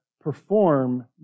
perform